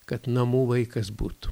kad namų vaikas būtų